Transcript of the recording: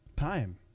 time